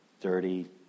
dirty